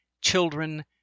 children